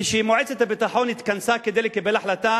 כשמועצת הביטחון התכנסה כדי לקבל החלטה